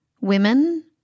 women